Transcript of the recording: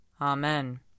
Amen